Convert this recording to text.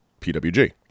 PWG